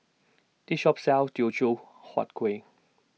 This Shop sells Teochew Huat Kuih